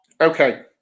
Okay